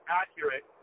accurate